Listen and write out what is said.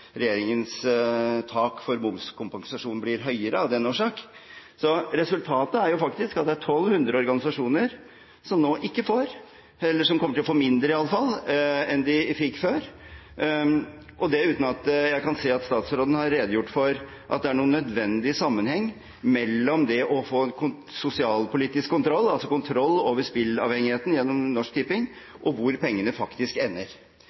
regjeringens tak for momskompensasjon blir høyere av den årsak. Resultatet er jo faktisk at 1 200 organisasjoner ikke får midler, iallfall kommer til å få mindre enn det de fikk før, og det uten at jeg kan se at statsråden har redegjort for at det er noen nødvendig sammenheng mellom det å få sosialpolitisk kontroll, altså kontroll over spilleavhengigheten gjennom Norsk Tipping, og hvor pengene faktisk ender.